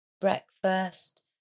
breakfast